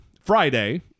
Friday